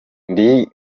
ndi